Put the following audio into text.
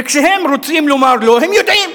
וכשהם רוצים לומר לא הם יודעים.